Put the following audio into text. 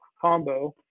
combo